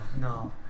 no